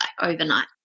overnight